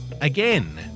Again